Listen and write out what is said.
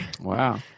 Wow